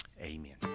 Amen